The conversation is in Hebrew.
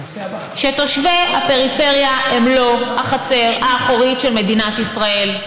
שתושבי הפריפריה הם לא החצר האחורית של מדינת ישראל,